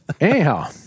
Anyhow